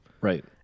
right